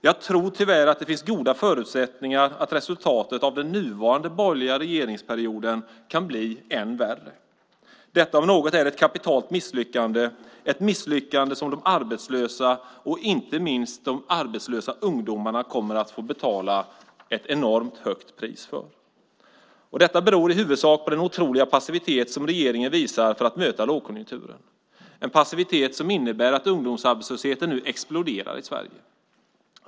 Jag tror tyvärr att det finns goda förutsättningar för att resultatet av den nuvarande borgerliga regeringsperioden kan bli än värre. Detta om något är ett kapitalt misslyckande, ett misslyckande som de arbetslösa, och inte minst de arbetslösa ungdomarna, kommer att få betala ett enormt högt pris för. Detta beror i huvudsak på den otroliga passivitet som regeringen visar för att möta lågkonjunkturen. Det är en passivitet som innebär att ungdomsarbetslösheten nu exploderar i Sverige.